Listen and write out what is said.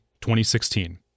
2016